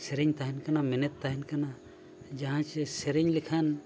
ᱥᱮᱨᱮᱧ ᱛᱟᱦᱮᱱ ᱠᱟᱱᱟ ᱢᱮᱱᱮᱫ ᱛᱟᱦᱮᱱ ᱠᱟᱱᱟ ᱡᱟᱦᱟᱸᱭ ᱪᱮ ᱥᱮᱨᱮᱧ ᱞᱮᱠᱷᱟᱱ